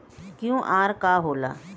QR का होला?